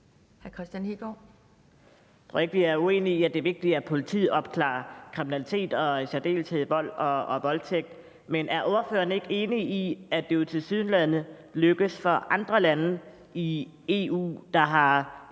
vi er uenige om, at det er vigtigt, at politiet opklarer forbrydelser og i særdeleshed vold og voldtægt. Men er ordføreren ikke enig i, at når det tilsyneladende lykkes fint for andre lande i EU – der har